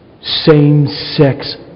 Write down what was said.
same-sex